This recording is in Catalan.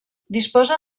disposa